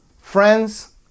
friends